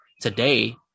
today